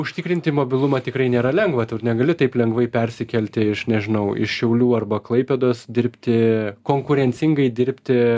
užtikrinti mobilumą tikrai nėra lengva negali taip lengvai persikelti iš nežinau iš šiaulių arba klaipėdos dirbti konkurencingai dirbti